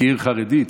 כעיר חרדית,